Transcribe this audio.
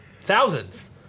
thousands